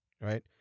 Right